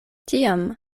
tiam